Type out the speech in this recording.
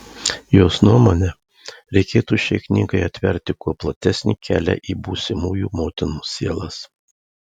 jos nuomone reikėtų šiai knygai atverti kuo platesnį kelią į būsimųjų motinų sielas